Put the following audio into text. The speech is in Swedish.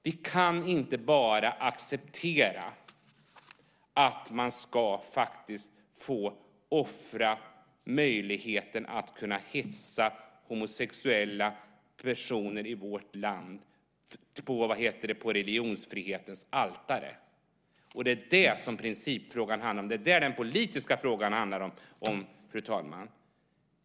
Vi kan inte bara acceptera att möjligheten att kunna hetsa mot homosexuella personer i vårt land ska finnas som ett offer på religionsfrihetens altare. Det är vad principfrågan och den politiska frågan handlar om, fru talman.